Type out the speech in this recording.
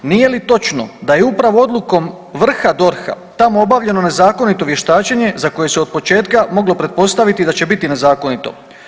Nije li točno da je upravo odlukom vrha DORH-a tamo obavljeno nezakonito vještačenje za koje se od početka moglo pretpostaviti da će biti nezakonito?